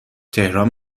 تهران